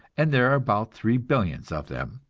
and there are about three billions of them